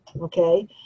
okay